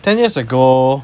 ten years ago